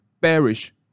bearish